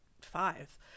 five